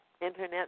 internet